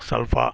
ಸ್ವಲ್ಪ